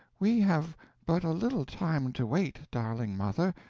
we have but a little time to wait, darling mother,